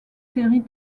séries